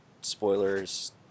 spoilers